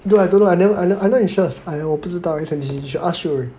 no I don't know I never I never like I not in Shears 我不知道 S_N_D_C you should ask Shi Wei